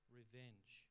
revenge